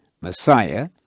Messiah